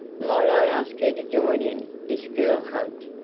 might i ask her to join in this girl-hunt?